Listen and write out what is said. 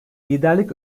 liderlik